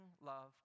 love